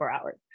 hours